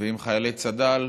ועם חיילי צד"ל